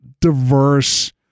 diverse